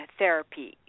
therapy